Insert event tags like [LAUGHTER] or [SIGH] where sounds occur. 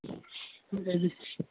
[UNINTELLIGIBLE]